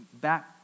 back